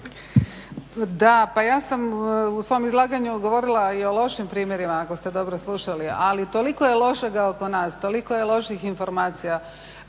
Da, pa ja sam u svom izlaganju govorila i o lošim primjerima ako ste dobro slušali. Ali toliko je lošega ono nas, toliko je loših informacija,